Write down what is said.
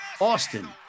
austin